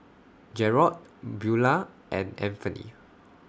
Jarrod Beula and Anfernee